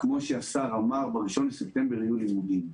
כפי שהשר אמר: ב-1 בספטמבר יהיו לימודים,